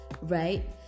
right